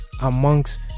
amongst